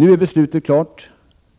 Nu är beslutet klart,